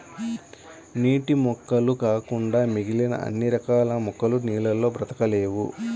నీటి మొక్కలు కాకుండా మిగిలిన అన్ని రకాల మొక్కలు నీళ్ళల్లో బ్రతకలేవు